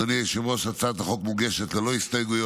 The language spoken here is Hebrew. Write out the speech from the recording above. אדוני היושב-ראש, הצעת החוק מוגשת ללא הסתייגויות.